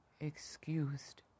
excused